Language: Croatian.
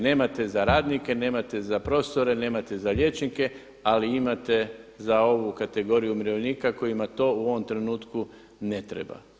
Nemate za radnike, nemate za profesore, nemate za liječnike ali imate za ovu kategoriju umirovljenika kojima to u ovom trenutku ne treba.